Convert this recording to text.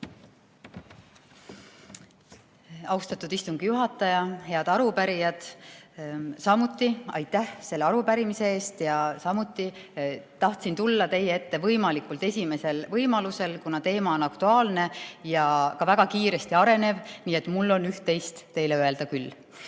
Austatud istungi juhataja! Head arupärijad! Samuti aitäh selle arupärimise eest ja samuti tahtsin tulla teie ette võimalikult esimesel võimalusel, kuna teema on aktuaalne ja ka väga kiiresti arenev, nii et mul on üht-teist teile öelda küll.